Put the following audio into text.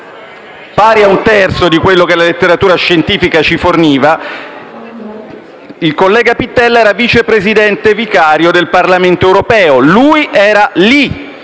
pari a un terzo di quello che la letteratura scientifica ci forniva, il collega Pittella era vicepresidente vicario del Parlamento europeo; lui era lì